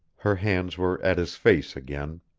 her hands were at his face again.